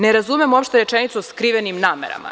Ne razumem uopšte rečenicu o skrivenim namerama.